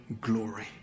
glory